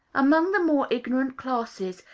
among the more ignorant classes,